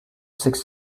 six